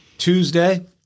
Tuesday